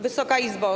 Wysoka Izbo!